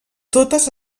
totes